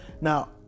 Now